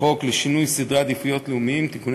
חוק לשינוי סדרי עדיפויות לאומיים (תיקוני